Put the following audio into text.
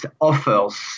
offers